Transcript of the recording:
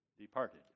departed